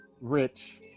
rich